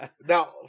Now